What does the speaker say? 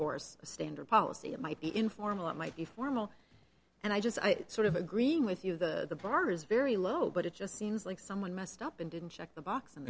course a standard policy that might be informal it might be formal and i just sort of agreeing with you the bar is very low but it just seems like someone messed up and didn't check the box and